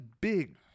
big